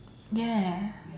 ya